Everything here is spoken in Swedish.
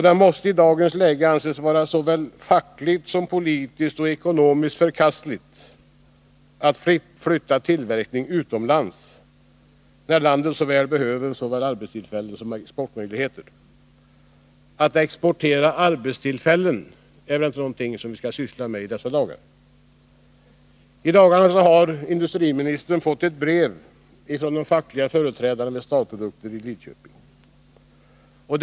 Det måste i dagens läge anses vara såväl fackligt som politiskt och ekonomiskt förkastligt att flytta tillverkning utomlands, när landet så väl behöver såväl arbetstillfällen som exportmöjligheter. Att exportera arbetstillfällen är väl inte vad vi skall syssla med i dessa dagar. I dagarna har industriministern fått ett brev från de fackliga företrädarna vid Starprodukter i Lidköping.